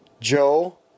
Joe